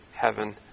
heaven